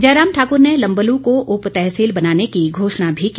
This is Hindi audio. जयराम ठाकुर ने लम्बलू को उपतहसील बनाने की घोषणा भी की